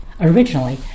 Originally